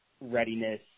readiness